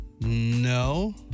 no